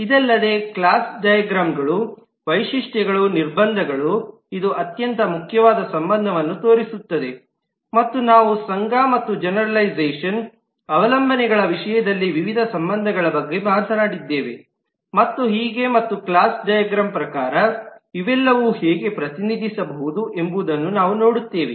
ಇದಲ್ಲದೆ ಕ್ಲಾಸ್ ಡೈಗ್ರಾಮ್ಗಳು ವೈಶಿಷ್ಟ್ಯಗಳು ನಿರ್ಬಂಧಗಳು ಇದು ಅತ್ಯಂತ ಮುಖ್ಯವಾದ ಸಂಬಂಧವನ್ನು ತೋರಿಸುತ್ತದೆಮತ್ತು ನಾವು ಸಂಘ ಮತ್ತು ಜೆನೆರಲೈಝಷನ್ ಅವಲಂಬನೆಗಳ ವಿಷಯದಲ್ಲಿ ವಿವಿಧ ಸಂಬಂಧಗಳ ಬಗ್ಗೆ ಮಾತನಾಡಿದ್ದೇವೆ ಮತ್ತು ಹೀಗೆ ಮತ್ತು ಕ್ಲಾಸ್ ಡೈಗ್ರಾಮ್ ಪ್ರಕಾರ ಇವೆಲ್ಲವನ್ನೂ ಹೇಗೆ ಪ್ರತಿನಿಧಿಸಬಹುದು ಎಂಬುದನ್ನು ನಾವು ನೋಡುತ್ತೇವೆ